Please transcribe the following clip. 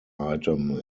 item